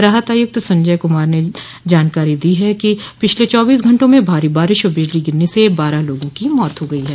राहत आयुक्त संजय कूमार ने जानकारी दी है कि पिछले चौबीस घंटों में भारी बारिश और बिजली गिरने से बारह लोगों की मौत हो गई है